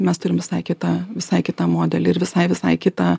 mes turim visai kitą visai kitą modelį ir visai visai kitą